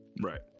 Right